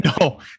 no